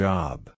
Job